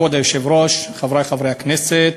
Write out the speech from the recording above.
כבוד היושב-ראש, חברי חברי הכנסת,